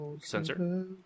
Sensor